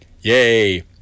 Yay